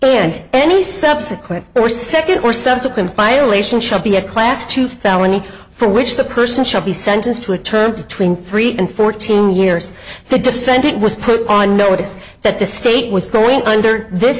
and any subsequent or second or subsequent violation shall be a class two felony for which the person shall be sentenced to a term between three and fourteen years the defendant was put on notice that the state was going under this